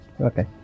okay